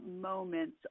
moments